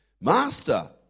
Master